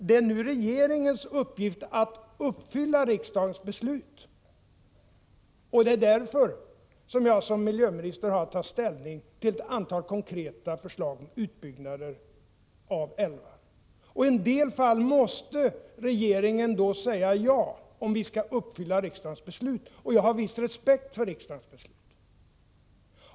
Det är nu regeringens uppgift att följa riksdagens beslut, och det är därför jag som miljöminister har att ta ställning till ett antal konkreta förslag om utbyggnad av älvar. I en del fall måste regeringen säga ja, om vi skall uppfylla riksdagens beslut. Och jag har viss respekt för riksdagens beslut.